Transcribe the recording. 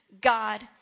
God